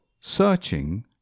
Searching